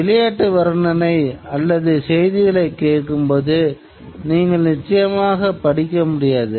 விளையாட்டு வர்ணனை அல்லது செய்திகளைக் கேட்கும்போது நீங்கள் நிச்சயமாக படிக்க முடியாது